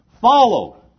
Follow